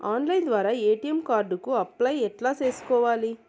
Online ద్వారా ATM card కు apply ఎట్లా సేసుకోవాలి?